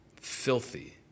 Filthy